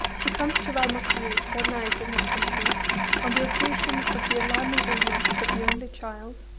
she comes to valmoutiers one night in his company on the occasion of the alarming illness of the only child.